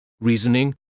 reasoning